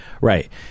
Right